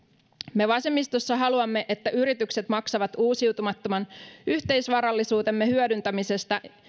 me vasemmistossa haluamme että yritykset maksavat uusiutumattoman yhteisvarallisuutemme hyödyntämisestä